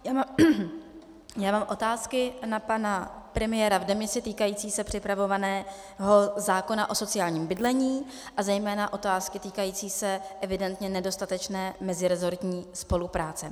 Já mám otázky na pana premiéra v demisi týkající se připravovaného zákona o sociálním bydlení a zejména otázky týkající se evidentně nedostatečné mezirezortní spolupráce.